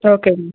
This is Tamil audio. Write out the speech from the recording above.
ஓகேங்க